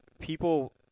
people